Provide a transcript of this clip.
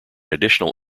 additional